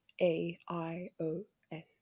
A-I-O-N